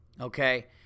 Okay